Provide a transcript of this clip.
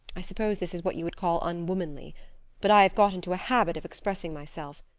i suppose this is what you would call unwomanly but i have got into a habit of expressing myself.